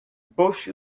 bush